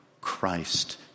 Christ